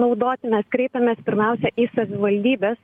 naudoti mes kreipiamės pirmiausia į savivaldybes